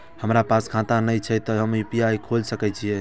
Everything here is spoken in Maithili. हमरा पास खाता ने छे ते हम यू.पी.आई खोल सके छिए?